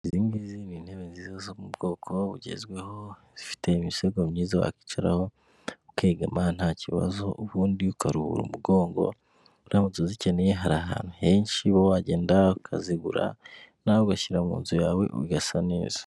Izi ngizi ni intebe nziza zo mu bwoko bugezweho, zifite imisego myiza wakicaraho, ukegama nta kibazo, ubundi ukaruhura umugongo, uramutse uzikeneye hari ahantu henshi uba wagenda ukazigura, nawe ugashyira mu nzu yawe ugasa neza.